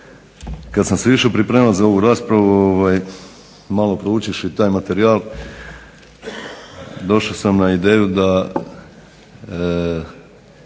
Kada sam se išao pripremati za ovu raspravu, malo proučivši taj materijal, došao sam na ideju da